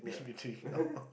yeah